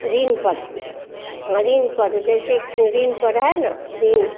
ऋण पर ऋण पर जैसे ऋण पर है ना ऋण